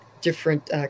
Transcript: different